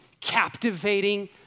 captivating